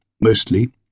mostly